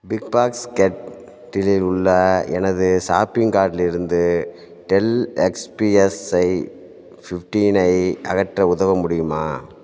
BigBasket இல் உள்ள எனது ஷாப்பிங் கார்ட்டிலிருந்து Dell X P S I fifteen I அகற்ற உதவ முடியுமா